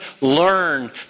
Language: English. learn